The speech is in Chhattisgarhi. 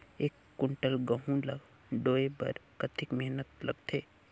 एक कुंटल गहूं ला ढोए बर कतेक मेहनत लगथे?